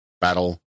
battle